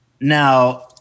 Now –